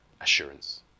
Assurance